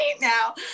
now